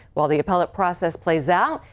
while the appellate process plays out,